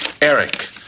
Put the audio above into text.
Eric